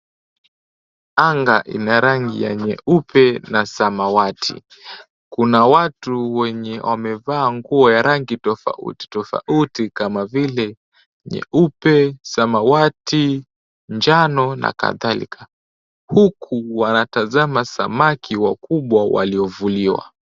Anga ina rangi ya nyeupe na samawati. Kuna watu wenye wamevaa nguo ya rangi tofauti tofauti kama vile nyeupe, samawati, njano na kadhalika, huku wanatazama samaki wakubwa waliovuliwa.